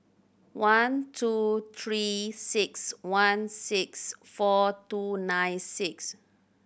one two Three Six One six four two nine six